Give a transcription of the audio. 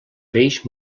peix